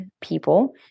people